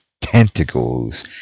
tentacles